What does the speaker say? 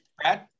Brad